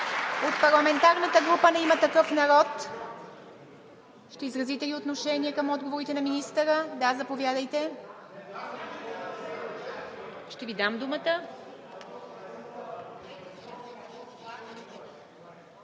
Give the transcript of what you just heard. От парламентарната група на „Има такъв народ“ ще изразите ли отношение към отговорите на министъра? Заповядайте. ТЕОДОРА ПЕНЕВА